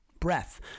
breath